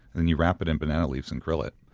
then you wrap it in banana leaves and grill it,